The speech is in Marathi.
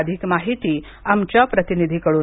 अधिक माहिती आमच्या प प्रतिनिधीकडून